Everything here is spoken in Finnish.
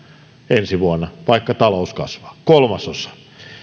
ensi vuonna vaikka talous kasvaa kolmasosa